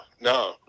no